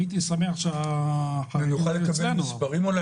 נוכל לקבל מספרים?